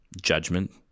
judgment